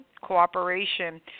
cooperation